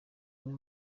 umwe